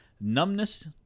numbness